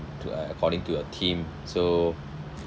to uh according to a team so